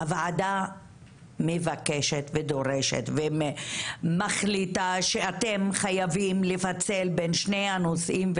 הוועדה מבקשת ודורשת ומחליטה שאתם חייבים לפצל בין שני הנושאים,